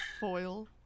foil